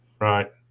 right